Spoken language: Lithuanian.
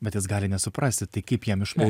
bet jis gali nesuprasti tai kaip jam išmokt